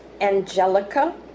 Angelica